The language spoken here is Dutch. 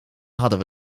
hadden